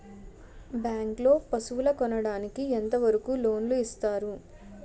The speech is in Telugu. బ్యాంక్ లో పశువుల కొనడానికి ఎంత వరకు లోన్ లు ఇస్తారు?